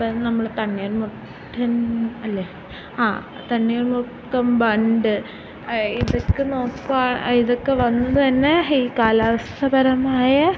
ഇപ്പം നമ്മള് തണ്ണീർമുക്കം അല്ലെ അ ആ തണ്ണീർമുക്കം ബണ്ട് ഇതൊക്കെ നോക്കുവ ഇതൊക്കെ വന്നത് തന്നെ ഈ കാലാവസ്ഥ പരമായ